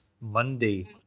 Monday